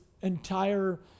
entire